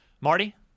Marty